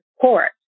court